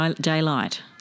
daylight